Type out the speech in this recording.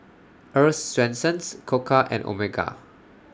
Earl's Swensens Koka and Omega